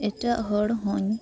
ᱮᱴᱟᱜ ᱦᱚᱲ ᱦᱚᱧ